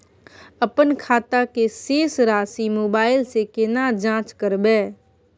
अपन खाता के शेस राशि मोबाइल से केना जाँच करबै?